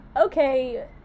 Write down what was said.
okay